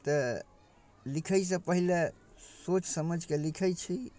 तऽ लिखैसँ पहिले सोचि समझिके लिखै छी